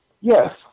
Yes